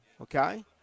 okay